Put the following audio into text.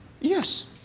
yes